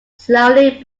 slowly